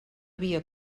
via